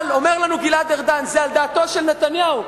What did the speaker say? אבל אומר לנו גלעד ארדן שזה על דעתו של נתניהו,